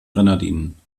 grenadinen